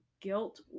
guilt